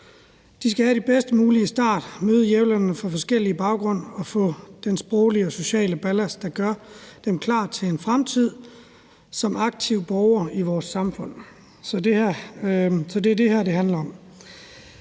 De skal have den bedst mulige start og møde jævnaldrende med forskellige baggrunde og få den sproglige og sociale ballast, der gør dem klar til en fremtid som aktive borgere i vores samfund. Så det er det, det her handler om.